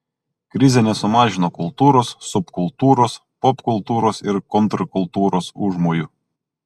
krizė nesumažino kultūros subkultūros popkultūros ir kontrkultūros užmojų